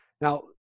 Now